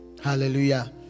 Hallelujah